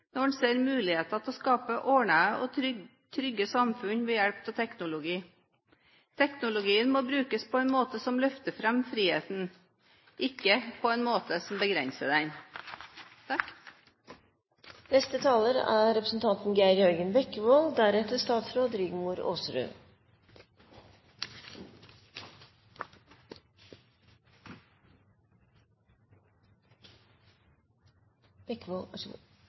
når man ser muligheter til å skape ordnede og trygge samfunn ved hjelp av teknologi. Teknologien må brukes på en måte som løfter fram friheten – ikke på en måte som begrenser den. Personvernet er